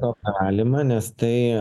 dar galima nes tai